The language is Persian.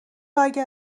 اگر